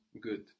good